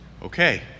Okay